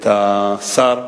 את השר.